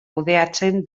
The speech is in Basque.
kudeatzen